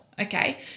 okay